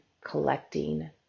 collecting